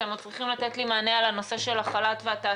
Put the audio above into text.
אתם עוד צריכים לתת לי מענה על הנושא של החל"ת והתעסוקה.